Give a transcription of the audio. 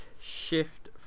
shift